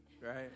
right